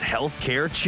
Healthcare